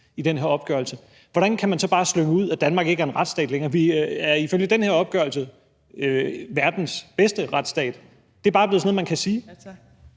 i den her opgørelse. Hvordan kan man så bare slynge ud, at Danmark ikke er en retsstat længere? Vi er ifølge den her opgørelse verdens bedste retsstat. Det er bare blevet sådan noget, man kan sige.